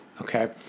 okay